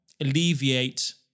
alleviate